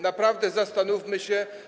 Naprawdę zastanówmy się.